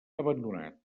abandonat